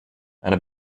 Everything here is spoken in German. einer